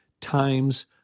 times